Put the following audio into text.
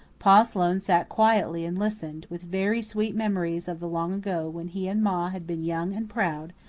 pa sloane sat quietly and listened, with very sweet memories of the long ago, when he and ma had been young and proud,